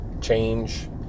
change